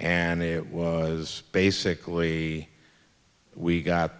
and it was basically we got